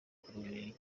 kureberera